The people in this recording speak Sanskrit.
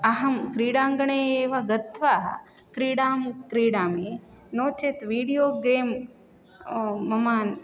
अहं क्रीडाङ्गणे एव गत्वा क्रीडां क्रीडामि नो चेत् वीडियो गेम् मम